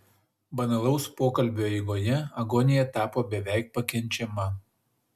banalaus pokalbio eigoje agonija tapo beveik pakenčiama